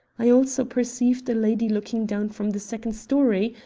i also perceived a lady looking down from the second story,